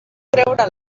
treure